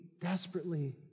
desperately